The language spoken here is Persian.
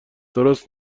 درست